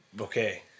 Okay